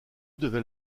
devait